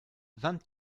vingt